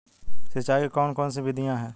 सिंचाई की कौन कौन सी विधियां हैं?